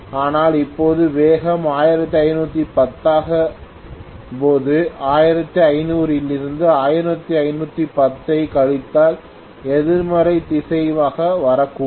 ஆனால் இப்போது வேகம் 1510 ஆகும்போது 1500 இலிருந்து 1510 ஐ கழித்தால் எதிர்மறை திசைவேகமாக வரக்கூடும்